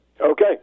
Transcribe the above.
okay